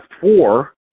four